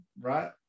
right